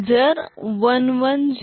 जर 1101